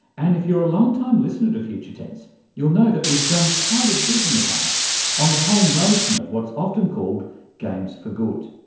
and if you're a long-time listener to future tense you'll know that we've done quite a bit in the past on the whole notion of what's often called games for good.